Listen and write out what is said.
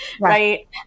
right